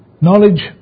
Knowledge